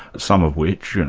some of which, and